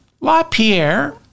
LaPierre